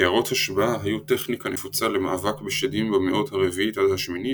קערות השבעה היו טכניקה נפוצה למאבק בשדים במאות ה-4 עד ה-8,